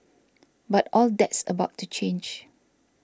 but all that's about to change